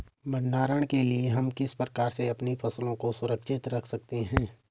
भंडारण के लिए हम किस प्रकार से अपनी फसलों को सुरक्षित रख सकते हैं?